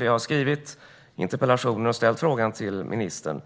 jag har skrivit interpellationen och ställt frågan till ministern.